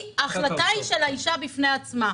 ההחלטה היא של האישה בפני עצמה.